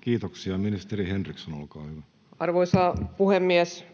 Kiitoksia. — Ministeri Henriksson, olkaa hyvä. Arvoisa puhemies!